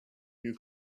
new